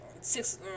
six